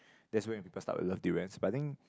that's when people start would love durians but I think